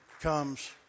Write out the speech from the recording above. comes